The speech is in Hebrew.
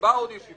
תקבע עוד ישיבות,